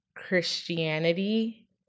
christianity